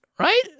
right